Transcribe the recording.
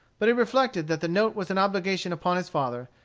but he reflected that the note was an obligation upon his father,